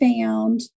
found